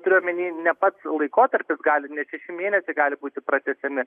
turiu omeny ne pats laikotarpis gali net šeši mėnesiai gali būti pratęsiami